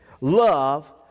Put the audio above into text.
love